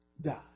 die